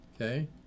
Okay